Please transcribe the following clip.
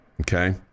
okay